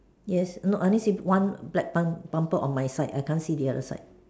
yes no I only see one black bun bumper on my side I can't see the other side